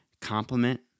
complement